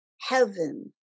heaven